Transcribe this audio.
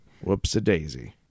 Whoops-a-daisy